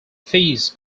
fees